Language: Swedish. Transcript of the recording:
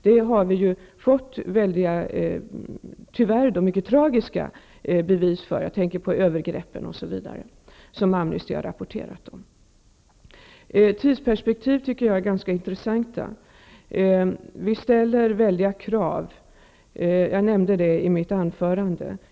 Det har vi fått, tyvärr, mycket tragiska bevis för -- övergrepp osv. som Amnesty har rapporterat om. Jag tycker att tidsperspektiven är intressanta. Jag nämnde i mitt inledningsanförande att vi ställer stora krav.